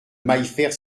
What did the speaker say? maillefert